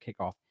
kickoff